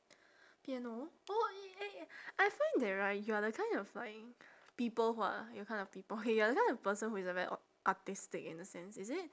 piano oh eh eh I find that right you are the kind of like people who are you're kind of people K you're the kind of person who is a very a~ artistic in a sense is it